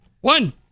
One